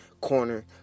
corner